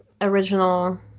original